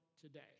today